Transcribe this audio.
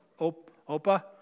Opa